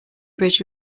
bridge